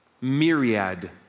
myriad